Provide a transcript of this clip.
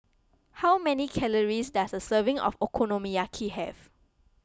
how many calories does a serving of Okonomiyaki have